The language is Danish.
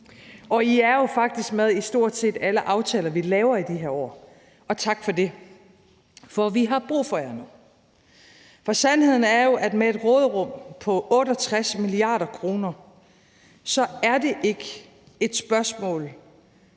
og I er jo faktisk med i stort set alle aftaler, vi laver i de her år. Og tak for det, for vi har brug for jer nu. For sandheden er jo, at med et råderum på 68 mia. kr. er det ikke et spørgsmål